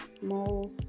small